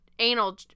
anal